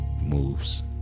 moves